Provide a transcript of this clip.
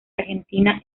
argentina